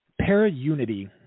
Para-Unity